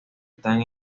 están